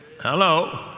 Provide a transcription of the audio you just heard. Hello